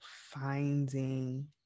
finding